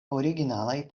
originalaj